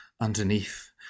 underneath